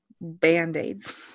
band-aids